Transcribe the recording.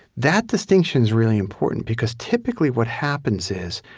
that distinction is really important, because typically, what happens is,